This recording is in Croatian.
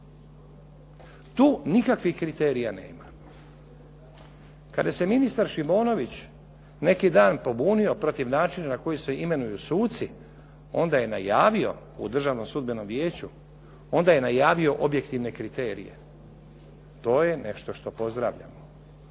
Tu nikakvih kriterija nema. Kada se ministar Šimonović neki dan pobunio protiv načina na koji se imenuju suci, onda je najavio u Državnom sudbenom vijeću, onda je najavio objektivne kriterije. To je nešto što pozdravljamo.